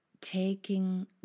taking